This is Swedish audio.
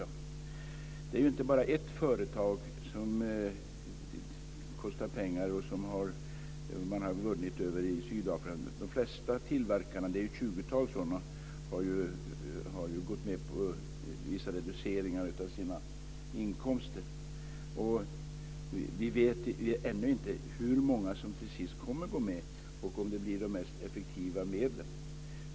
Det är ju inte bara ett företag som kostar pengar och som man har vunnit över i Sydafrika, utan de flesta tillverkarna - det finns ett tjugotal - har gått med på vissa reduceringar av sina inkomster. Vi vet ännu inte hur många det blir som till sist går med och om det blir de mest effektiva medlen.